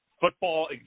football